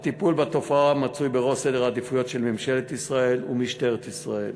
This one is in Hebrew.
הטיפול בתופעה מצוי בראש סדר העדיפויות של ממשלת ישראל ומשטרת ישראל.